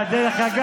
זה די חדש.